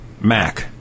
Mac